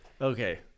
Okay